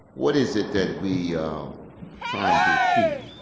what is it that we are trying to achieve?